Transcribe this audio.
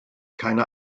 keine